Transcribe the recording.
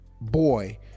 boy